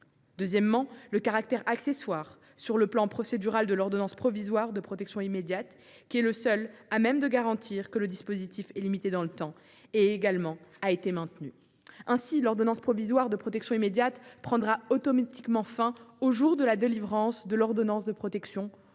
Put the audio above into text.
Deuxièmement, le caractère accessoire, sur un plan procédural, de l’ordonnance provisoire de protection immédiate, qui est le seul à même de garantir la limitation dans le temps du dispositif, a également été maintenu. Ainsi l’ordonnance provisoire de protection immédiate prendra t elle automatiquement fin au jour de la délivrance de l’ordonnance de protection ou, comme